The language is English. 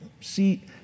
see